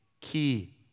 key